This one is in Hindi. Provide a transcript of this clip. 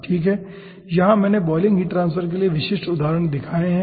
ठीक है यहाँ मैंने बॉयलिंग हीट ट्रांसफर के लिए विशिष्ट उदाहरण दिखाए हैं